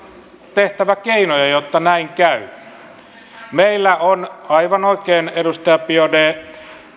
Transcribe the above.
tehtävä keinoja jotta näin käy aivan oikein edustaja biaudet